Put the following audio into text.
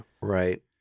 Right